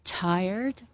tired